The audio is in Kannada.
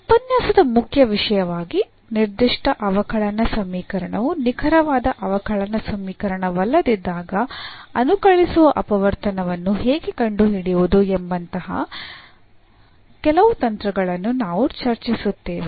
ಈ ಉಪನ್ಯಾಸದ ಮುಖ್ಯ ವಿಷಯವಾಗಿ ನಿರ್ದಿಷ್ಟ ಅವಕಲನ ಸಮೀಕರಣವು ನಿಖರವಾದ ಅವಕಲನ ಸಮೀಕರಣವಲ್ಲದಿದ್ದಾಗ ಅನುಕಲಿಸುವ ಅಪವರ್ತನವನ್ನು ಹೇಗೆ ಕಂಡುಹಿಡಿಯುವುದು ಎಂಬಂತಹ ಕೆಲವು ತಂತ್ರಗಳನ್ನು ನಾವು ಚರ್ಚಿಸುತ್ತೇವೆ